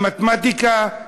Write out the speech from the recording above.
על מתמטיקה,